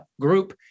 group